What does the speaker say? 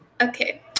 okay